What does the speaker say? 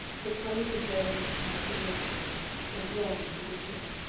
the coming and going of cabs and motor-cabs and broughams through the chill,